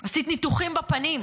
עשית ניתוחים בפנים,